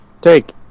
take